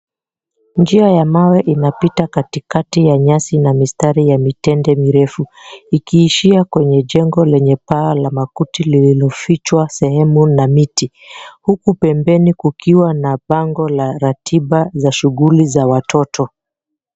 Njia ya mawe inapita katikati ya nyasi na mistari ya mitende mirefu, ikiishia kwenye jengo lenye paa la makuti lililofichwa sehemu na miti, huku pembeni kukiwa na bango la ratiba za shughuli za watoto.